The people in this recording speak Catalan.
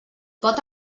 pot